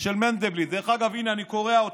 של מנדלבליט, דרך אגב, הינה, אני קורע אותה.